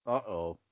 Uh-oh